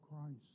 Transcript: Christ